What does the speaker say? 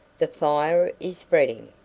the fire is spreading.